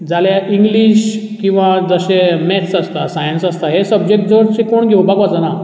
जाल्यार इंग्लीश किंवां जशें मॅथ्स आसता सायेन्स आसता हे सब्जेक्ट चडशे कोण घेवपाक वचना